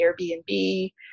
Airbnb